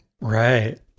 Right